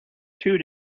two